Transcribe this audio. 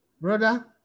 brother